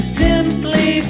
simply